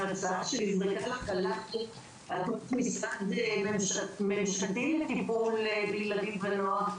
על הקמת משרד ממשלתי לטיפול בילדים ונוער.